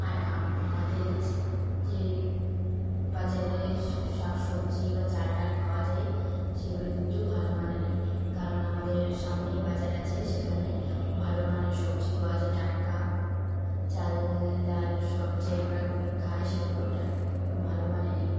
আর আমাদের যে বাজারে শাকসবজি বা চালডাল পাওয়া যায় সেগুলো কিন্তু ভালো মানেরই কারণ আমাদের সামনেই বাজার আছে সেখানে ভালোমানের সবজি পাওয়া যায় টাটকা চাল ডাল সব যে আমরা খাই সেগুলোও টাটকা ভালো মানেরই